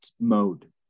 mode